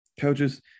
coaches